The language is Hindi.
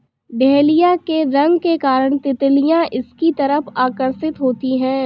डहेलिया के रंग के कारण तितलियां इसकी तरफ आकर्षित होती हैं